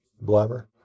blabber